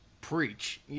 Preach